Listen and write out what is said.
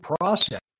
process